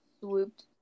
swooped